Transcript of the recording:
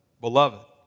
beloved